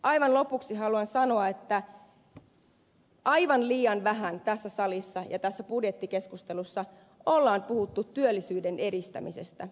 aivan lopuksi haluan sanoa että aivan liian vähän tässä salissa ja tässä budjettikeskustelussa on puhuttu työllisyyden edistämisestä